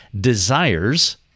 Desires